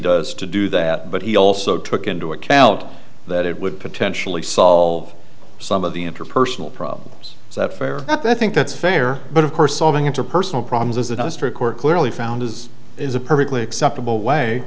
does to do that but he also took into account that it would potentially solve some of the interpersonal problems is that fair i think that's fair but of course solving interpersonal problems as a district court clearly found is is a perfectly acceptable way